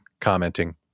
commenting